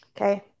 okay